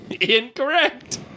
Incorrect